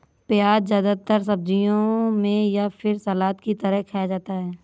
प्याज़ ज्यादातर सब्जियों में या फिर सलाद की तरह खाया जाता है